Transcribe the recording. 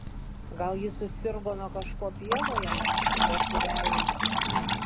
gal ji susirgo nuo kažko pievoje per kurią ėjo